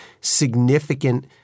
significant